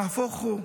נהפוך הוא.